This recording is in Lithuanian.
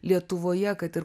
lietuvoje kad ir